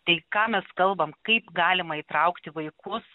tai ką mes kalbam kaip galima įtraukti vaikus